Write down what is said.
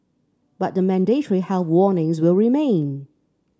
but the mandatory health warnings will remain